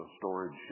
storage